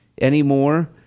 anymore